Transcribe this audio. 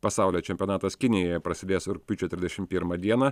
pasaulio čempionatas kinijoje prasidės rugpjūčio trisdešim pirmą dieną